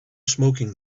smoking